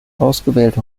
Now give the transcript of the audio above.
ausgewählte